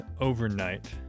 overnight